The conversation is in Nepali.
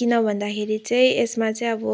किन भन्दाखेरि चाहिँ य़समा चाहिँ अब